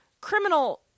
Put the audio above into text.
criminal